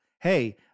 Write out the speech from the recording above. hey